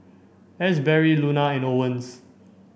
Asberry Luna and Owens